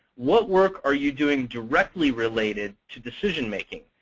what work are you doing directly related to decision making?